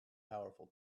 powerful